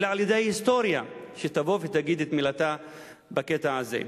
אלא על-ידי ההיסטוריה שתבוא ותגיד את מילתה בקטע הזה.